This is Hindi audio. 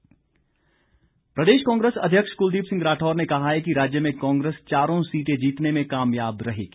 कांग्रेस प्रदेश कांग्रेस अध्यक्ष कुलदीप सिंह राठौर ने कहा है कि राज्य में कांग्रेस चारों सीटें जीतने में कामयाब रहेगी